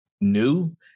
new